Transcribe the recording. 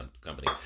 company